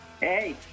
Hey